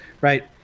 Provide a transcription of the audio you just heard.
right